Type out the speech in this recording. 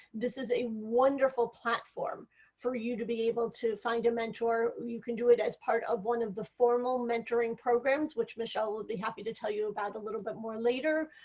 this is a wonderful platform for you to be able to find a mentor. you can do it as part of one of the formal mentoring programs, which michelle will be happy to tell you about a little bit later, later,